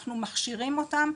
אנחנו מכשירים אותם.